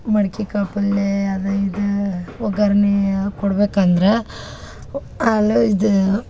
ಮಡ್ಕಿಕಾಳು ಪಲ್ಲೆ ಅದು ಇದು ಒಗ್ಗರ್ಣಿ ಕೊಡ್ಬೇಕಂದ್ರ ಅಲ್ಲು ಇದು